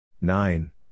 Nine